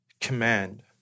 command